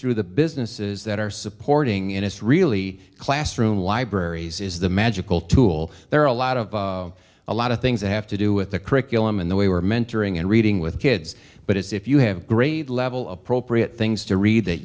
through the businesses that are supporting it it's really classroom libraries is the magical tool there are a lot of a lot of things that have to do with the curriculum in the way were mentoring and reading with kids but if you have grade level of appropriate things to read that